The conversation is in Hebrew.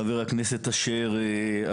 חבר הכנסת אשר,